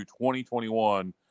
2021